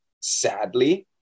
sadly